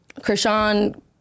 Krishan